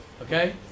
okay